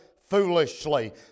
foolishly